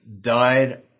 died